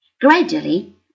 Gradually